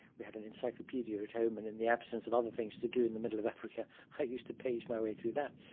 we had an encyclopaedia at home and in the absence of other things to do in the middle of africa, i used to page my way through that.